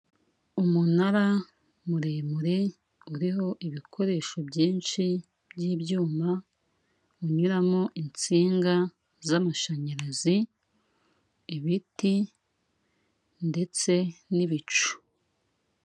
Umunara muremure uriho ibikoresho byinshi by'ibyuma unyuramo insinga z'amashanyarazi ibiti ndetse n'ibicu.